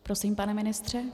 Prosím, pane ministře.